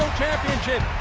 championship.